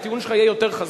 הטיעון שלך יהיה יותר חזק.